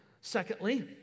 Secondly